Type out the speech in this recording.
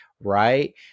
right